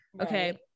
Okay